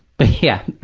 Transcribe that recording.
but yeah,